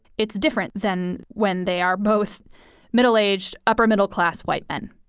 it's different than when they are both middle aged, upper middle class white men.